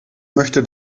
möchte